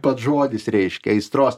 pats žodis reiškia aistros